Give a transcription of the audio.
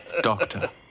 doctor